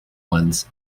ones